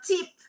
tip